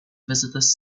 visitors